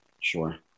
Sure